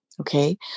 Okay